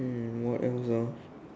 um what else ah